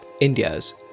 India's